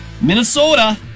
Minnesota